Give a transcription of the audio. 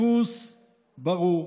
הדפוס ברור: